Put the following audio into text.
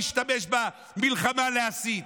בואו נשתמש עוד פעם במלחמה להסית.